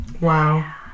Wow